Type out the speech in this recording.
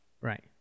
right